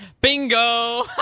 Bingo